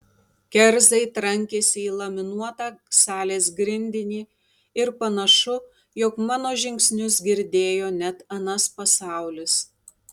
kerzai trankėsi į laminuotą salės grindinį ir panašu jog mano žingsnius girdėjo net anas pasaulis